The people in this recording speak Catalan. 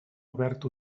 obert